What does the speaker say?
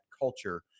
culture